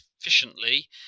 efficiently